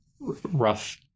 rough